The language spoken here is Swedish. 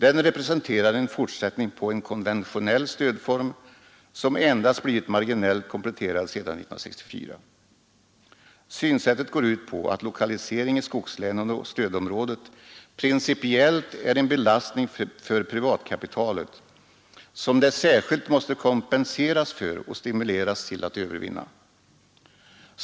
Den representerar en fortsättning på en konventionell stödform, som endast blivit marginellt kompletterad sedan 1964. Synsättet går ut på att lokalisering i skogslänen och stödområdet principiellt är en belastning för privatkapitalet, som det särskilt måste kompenseras för och stimuleras till att övervinna.